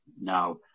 now